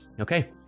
Okay